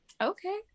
Okay